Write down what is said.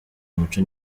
umuco